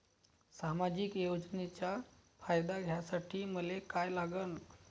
सामाजिक योजनेचा फायदा घ्यासाठी मले काय लागन?